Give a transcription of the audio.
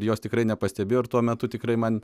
jos tikrai nepastebėjau ir tuo metu tikrai man